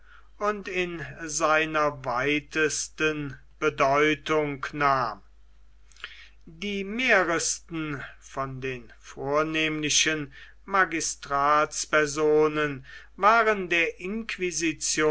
und in seiner weitesten bedeutung nahm die meisten von den vornehmsten magistratspersonen waren der inquisition